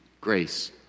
Grace